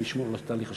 לשמור על תהליך השלום.